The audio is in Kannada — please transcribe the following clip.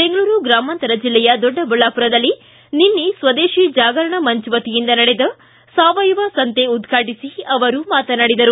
ಬೆಂಗಳೂರು ಗ್ರಾಮಾಂತರ ಜಿಲ್ಲೆಯ ದೊಡ್ಡಬಳ್ಳಾಪುರದಲ್ಲಿ ನಿನ್ನೆ ಸ್ವದೇಶಿ ಜಾಗರಣ ಮಂಚ್ ವತಿಯಿಂದ ನಡೆದ ಸಾವಯವ ಸಂತೆ ಉದ್ಘಾಟಿಸಿ ಅವರು ಮಾತನಾಡಿದರು